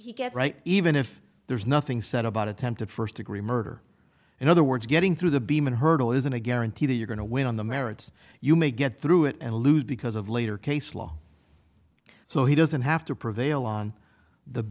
he get right even if there's nothing said about attempted first degree murder in other words getting through the beam and hurdle isn't a guarantee that you're going to win on the merits you may get through it and lose because of later case law so he doesn't have to prevail on the